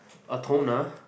a toner